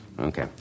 okay